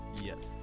Yes